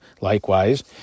Likewise